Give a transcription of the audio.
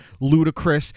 ludicrous